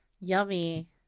Yummy